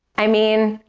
i mean,